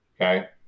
okay